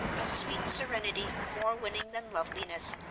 a sweet serenity more winning than loveliness,